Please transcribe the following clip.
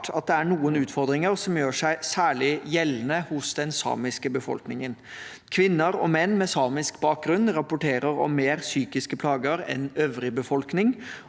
at det er noen utfordringer som gjør seg særlig gjeldende hos den samiske befolkningen. Kvinner og menn med samisk bakgrunn rapporterer om mer psykiske plager enn øvrig befolkning,